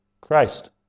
Christ